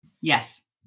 Yes